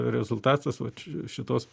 rezultatas vat ši šitos